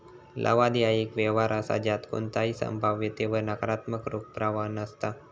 लवाद ह्या एक व्यवहार असा ज्यात कोणताही संभाव्यतेवर नकारात्मक रोख प्रवाह नसता